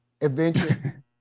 adventure